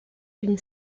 une